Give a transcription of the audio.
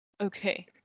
Okay